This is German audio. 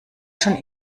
schon